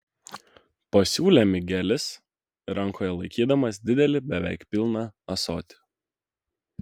pasiūlė migelis rankoje laikydamas didelį beveik pilną ąsotį